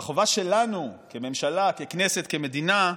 והחובה שלנו כממשלה, ככנסת, כמדינה,